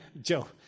Joe